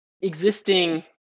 existing